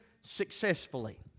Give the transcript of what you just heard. successfully